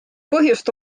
põhjust